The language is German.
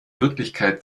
wirklichkeit